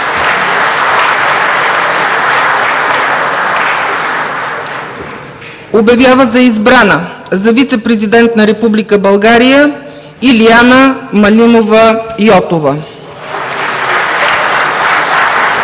Обявява за избрана за вицепрезидент на Република България Илияна Малинова Йотова.